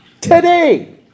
today